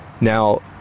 Now